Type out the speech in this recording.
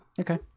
Okay